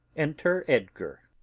enter edgar.